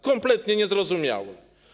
Kompletnie niezrozumiałe.